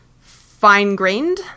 fine-grained